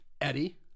Eddie